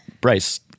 Bryce